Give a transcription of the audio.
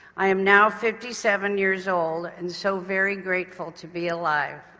i am now fifty seven years old and so very grateful to be alive.